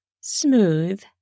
smooth